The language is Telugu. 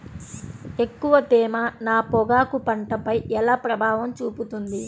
ఎక్కువ తేమ నా పొగాకు పంటపై ఎలా ప్రభావం చూపుతుంది?